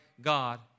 God